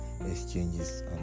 exchanges